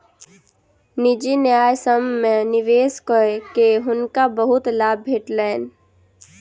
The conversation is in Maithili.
निजी न्यायसम्य में निवेश कअ के हुनका बहुत लाभ भेटलैन